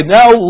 now